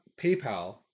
paypal